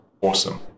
awesome